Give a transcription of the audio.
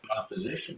opposition